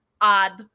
odd